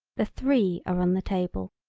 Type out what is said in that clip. the three are on the table.